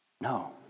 No